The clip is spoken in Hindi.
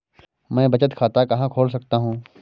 मैं बचत खाता कहाँ खोल सकता हूँ?